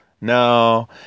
No